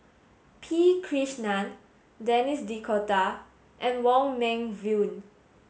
P Krishnan Denis D'Cotta and Wong Meng Voon